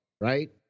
right